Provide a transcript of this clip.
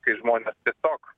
kai žmonės tiesiog